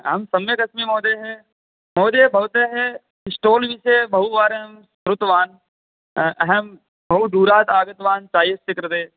अहं सम्यक् अस्मि महोदय महोदय भवतः स्टोर् विषये बहुवारं श्रुतवान् अहं बहुदूरात् आगतवान् चायस्य कृते